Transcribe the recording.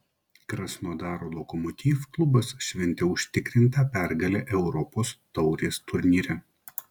krasnodaro lokomotiv klubas šventė užtikrintą pergalę europos taurės turnyre